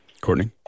Courtney